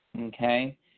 Okay